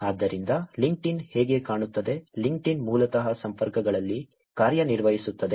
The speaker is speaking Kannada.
ಆದ್ದರಿಂದ ಲಿಂಕ್ಡ್ಇನ್ ಹೇಗೆ ಕಾಣುತ್ತದೆ ಲಿಂಕ್ಡ್ಇನ್ ಮೂಲತಃ ಸಂಪರ್ಕಗಳಲ್ಲಿ ಕಾರ್ಯನಿರ್ವಹಿಸುತ್ತದೆ